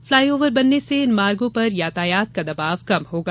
fly over बनने से इन मार्गो पर यातायात का दबाव कम होगा